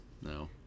No